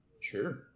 Sure